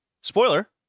spoiler